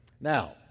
Now